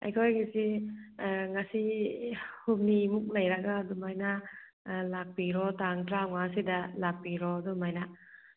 ꯑꯩꯈꯣꯏꯒꯤꯁꯤ ꯉꯁꯤ ꯍꯨꯝꯅꯤꯃꯨꯛ ꯂꯩꯔꯒ ꯑꯗꯨꯃꯥꯏꯅ ꯂꯥꯛꯄꯤꯔꯣ ꯇꯥꯡ ꯇꯔꯥꯃꯉꯥꯁꯤꯗ ꯂꯥꯛꯄꯤꯔꯣ ꯑꯗꯨꯃꯥꯏꯅ